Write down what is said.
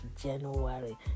january